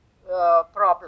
Problem